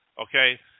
Okay